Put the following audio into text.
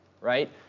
right